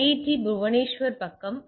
D Bhubaneswar பக்கம் அல்லது ஐ